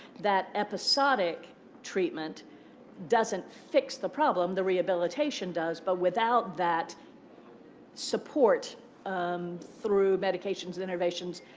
that episodic treatment doesn't fix the problem. the rehabilitation does. but without that support um through medications and interventions,